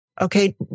okay